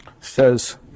says